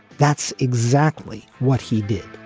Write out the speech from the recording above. that's exactly what he did